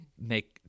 make